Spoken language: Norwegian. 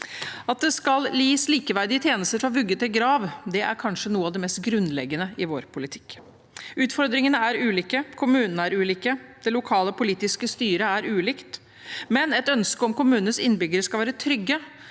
At det skal gis likeverdige tjenester fra vugge til grav, er kanskje noe av det mest grunnleggende i vår politikk. Utfordringene er ulike. Kommunene er ulike. Det lokale politiske styret er ulikt, men et ønske om at kommunenes innbyggere skal være trygge